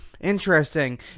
Interesting